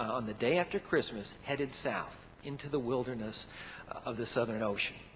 on the day after christmas headed south into the wilderness of the southern ocean.